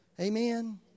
Amen